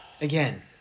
Again